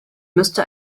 müsste